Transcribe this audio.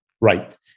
Right